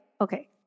okay